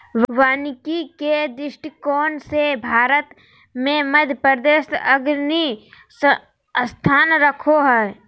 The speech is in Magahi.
वानिकी के दृष्टिकोण से भारत मे मध्यप्रदेश अग्रणी स्थान रखो हय